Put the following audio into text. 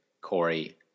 Corey